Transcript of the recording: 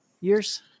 years